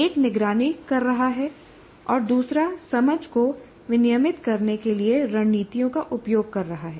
एक निगरानी कर रहा है और दूसरा समझ को विनियमित करने के लिए रणनीतियों का उपयोग कर रहा है